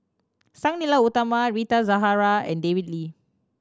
Sang Nila Utama Rita Zahara and David Lee